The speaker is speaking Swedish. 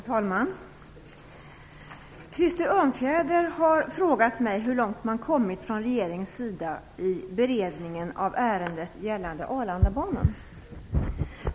Fru talman! Krister Örnfjäder har frågat mig hur långt man kommit från regeringens sida i beredningen av ärendet gällande Arlandabanan.